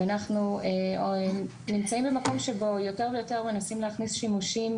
אנחנו נמצאים במקום שבו יותר ויותר מנסים להכניס שימושים